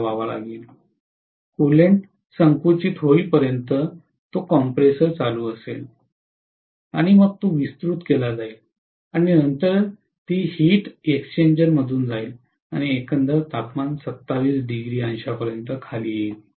coolant संकुचित होईपर्यंत तो कॉम्प्रेसर चालू असेल आणि मग तो विस्तृत केला जाईल आणि नंतर ती हीट एक्सचेंजरमधून जाईल आणि एकंदर तापमान 27° पर्यंत खाली येईल